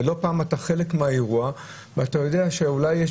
ולא פעם אתה חלק מהאירוע ואתה יודע שאולי יש